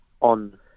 on